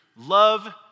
Love